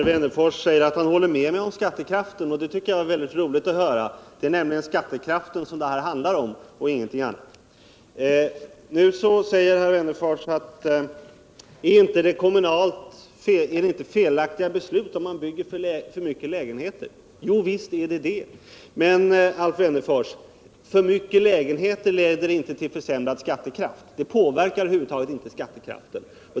Herr talman! Herr Wennerfors håller med mig om skattekraften och det tycker jag är mycket roligt att höra. Det är nämligen skattekraften som det här handlar om och ingenting annat. Nu undrar herr Wennerfors om det inte är felaktiga beslut som gör att man bygger för många lägenheter. Jo visst är det det. Men, Alf Wennerfors, för många lägenheter leder inte till försämrad skattekraft, påverkar över huvud taget inte skattekraften.